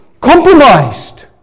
compromised